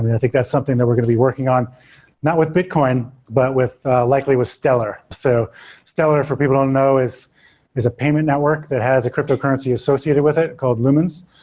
mean, i think that's something that were going to be working on not with bitcoin, but with likely with stellar. so stellar for people who don't know is is a payment network that has a cryptocurrency associated with it called lumens.